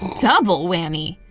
double-whammy!